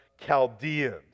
Chaldeans